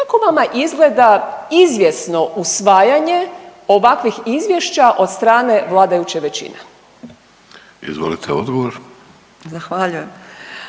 kako vama izgleda izvjesno usvajanje ovakvih izvješća od strane vladajuće većine? **Vidović, Davorko